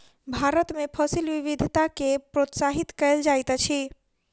भारत में फसिल विविधता के प्रोत्साहित कयल जाइत अछि